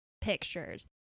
pictures